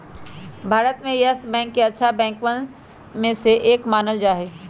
भारत में Yes Bank के अच्छा बैंकवन में से एक मानल जा हई